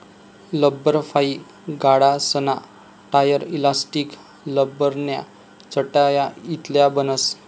लब्बरफाइ गाड्यासना tyre, elastic, लब्बरन्या चटया इतलं बनस